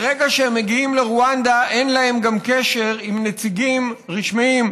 ברגע שהם מגיעים לרואנדה גם אין להם קשר עם נציגים רשמיים,